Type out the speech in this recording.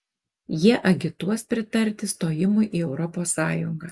jie agituos pritarti stojimui į europos sąjungą